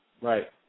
Right